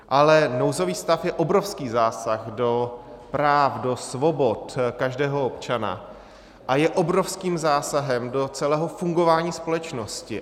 Ale nouzový stav je obrovský zásah do práv, do svobod každého občana a je obrovským zásahem do celého fungování společnosti.